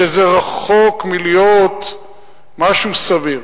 שזה רחוק מלהיות משהו סביר.